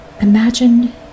imagine